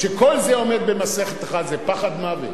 כשכל זה עומד במסכת אחת, זה פחד מוות.